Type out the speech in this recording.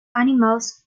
animals